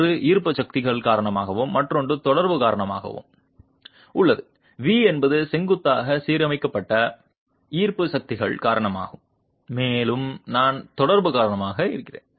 ஒன்று ஈர்ப்பு சக்திகள் காரணமாகவும் மற்றொன்று தொடர்பு காரணமாகவும் உள்ளது v என்பது செங்குத்தாக சீரமைக்கப்பட்ட ஈர்ப்பு சக்திகள் காரணமாகும் மேலும் நான் தொடர்பு காரணமாக இருக்கிறேன்